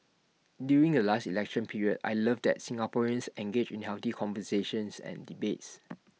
during the last election period I love that Singaporeans engage in healthy conversations and debates